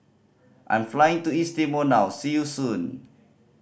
I'm flying to East Timor now see you soon